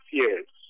years